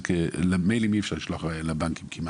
זה שמיילים אי אפשר לשלוח לבנקים כמעט,